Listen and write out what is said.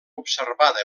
observada